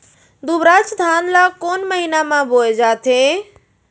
दुबराज धान ला कोन महीना में बोये जाथे?